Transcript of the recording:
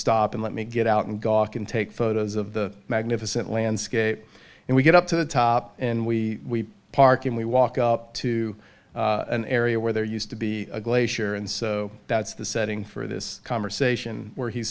stop and let me get out and go off and take photos of the magnificent landscape and we get up to the top and we park and we walk up to an area where there used to be a glacier and so that's the setting for this conversation where he